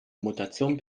mutation